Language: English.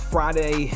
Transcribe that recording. Friday